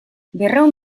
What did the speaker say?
berrehun